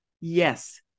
Yes